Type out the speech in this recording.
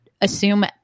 assume